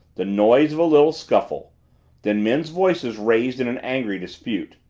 the noise of a little scuffle then men's voices raised in an angry dispute.